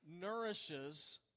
nourishes